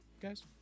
guys